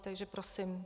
Takže prosím.